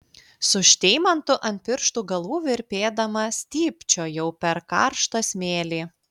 su šteimantu ant pirštų galų virpėdama stypčiojau per karštą smėlį